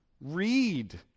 Read